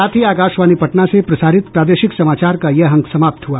इसके साथ ही आकाशवाणी पटना से प्रसारित प्रादेशिक समाचार का ये अंक समाप्त हुआ